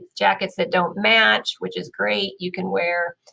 jackets that don't match, which is great. you can wear,